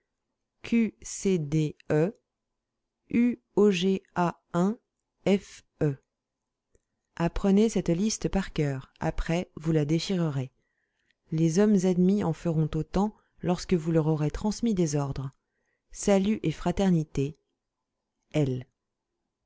c d e u og a fe apprenez cette liste par coeur après vous la déchirerez les hommes admis en feront autant lorsque vous leur aurez transmis des ordres salut et fraternité les